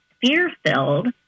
fear-filled